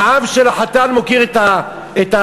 האב של החתן מוקיר את הרב,